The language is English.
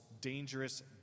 dangerous